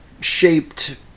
shaped